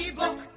book